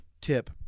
tip